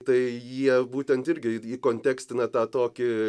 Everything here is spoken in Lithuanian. tai jie būtent irgi įkontekstina tą tokį